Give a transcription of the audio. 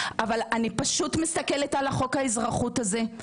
אבל אני מסתכלת על חוק האזרחות הזה,